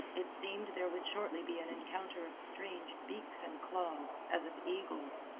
it seemed there would shortly be an encounter of strange beaks and claws, as of eagles.